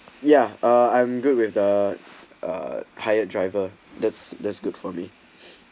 yeah uh I'm good with the uh hire driver that's that's good for me